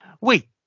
Wait